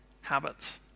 habits